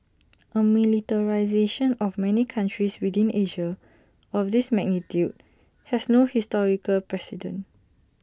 A militarisation of many countries within Asia of this magnitude has no historical president